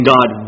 God